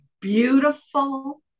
beautiful